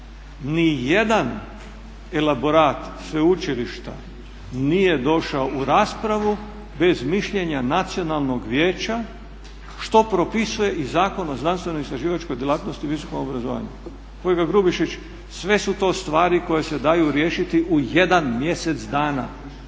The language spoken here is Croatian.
nijedan elaborat sveučilišta nije došao u raspravu bez mišljenja Nacionalnog vijeća što propisuje i Zakon o znanstveno-istraživačkoj djelatnosti i visokom obrazovanju. Kolega Grubišić, sve su to stvari koje se daju riješiti u jedan mjesec dana,